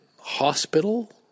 hospital